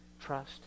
trust